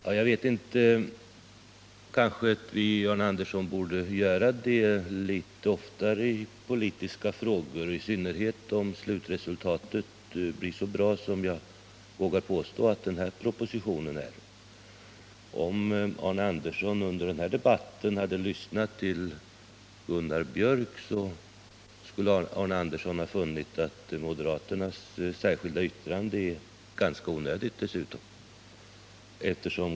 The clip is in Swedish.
Ja, jag vet inte — kanske borde vi, Arne Andersson, göra det litet oftare i politiska frågor, i synnerhet om slutresultatet blir så bra som jag vågar påstå att den här propositionen är. Om Arne Andersson under den här debatten lyssnat till Gunnar Biörck i Värmdö så skulle han dessutom ha funnit att moderaternas särskilda yttrande är ganska onödigt.